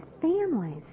families